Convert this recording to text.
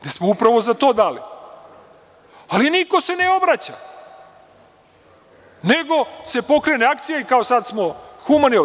Mi smo upravo za to dali, ali niko se ne obraća, nego se pokrene akcija, kao sad smo humani.